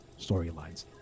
storylines